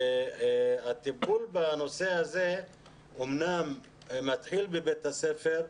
הטיפול בנושא הזה אמנם מתחיל בבית הספר,